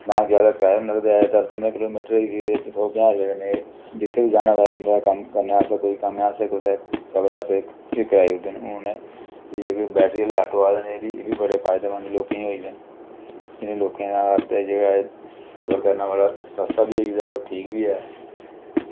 ना जादै किराया निं लगदा ऐ एह्दा पंदरां बीह् किलोमीटर दे एरिया च सौ पंजाह् कन्नै एह् जित्थै बी जाना होऐ बंदे दा कम्म करने आस्तै एह् कराई दे न बैटरी आह्ले ऑटो आए दे न एह्बी फायदेमंद होई दे न ते इनें लोकें दा आस्तै जेह्ड़ा सफर ओह् सस्ता बी होई दा ते ठीक बी ऐ